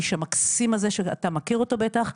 האיש המקסים הזה שאתה מכיר אותו בטח,